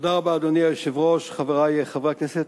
אדוני היושב-ראש, תודה רבה, חברי חברי הכנסת,